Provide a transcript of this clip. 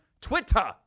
Twitter